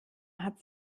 hat